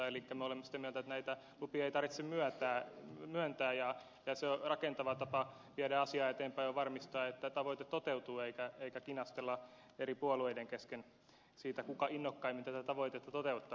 me olemme sitä mieltä että näitä lupia ei tarvitse myöntää ja se rakentava tapa viedä asiaa eteenpäin on varmistaa että tavoite toteutuu eikä kinastella eri puolueiden kesken siitä kuka innokkaimmin tätä tavoitetta toteuttaa